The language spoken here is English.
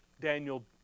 Daniel